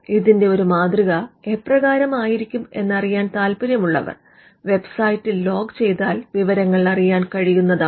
ഇതിന്റെ ഒരു മാതൃക എപ്രകാരം ആയിരിക്കും എന്നറിയാൻ താല്പര്യം ഉള്ളവർ വെബ്സൈറ്റിൽ ലോഗ് ചെയ്താൽ വിവരങ്ങൽ അറിയാൻ കഴിയുന്നതാണ്